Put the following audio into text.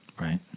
right